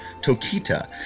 Tokita